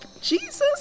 Jesus